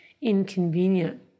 inconvenient